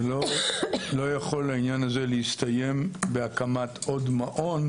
לא יכול העניין הזה להסתיים בהקמת עוד מעון,